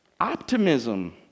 optimism